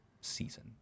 season